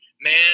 man